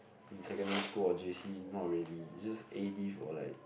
in secondary school or J_C not really it's just A Div or like